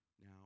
now